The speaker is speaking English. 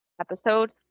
episode